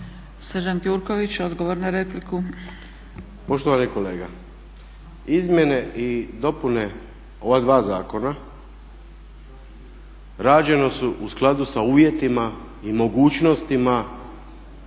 **Gjurković, Srđan (HNS)** Poštovani kolega, izmjene i dopune ova dva zakona rađena su u skladu sa uvjetima i mogućnostima